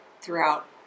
throughout